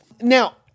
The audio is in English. Now